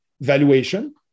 valuation